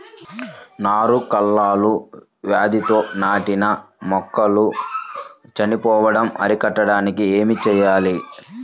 నారు కుళ్ళు వ్యాధితో నాటిన మొక్కలు చనిపోవడం అరికట్టడానికి ఏమి చేయాలి?